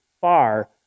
far